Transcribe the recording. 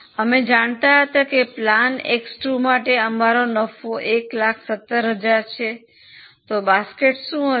અમે જાણતા હતા કે પ્લાન એક્સ 2 માટે અમારો નફો 117000 છે તો બાસ્કેટ શું હશે